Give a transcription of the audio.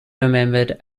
remembered